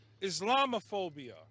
Islamophobia